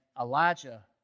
Elijah